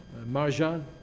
Marjan